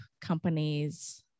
companies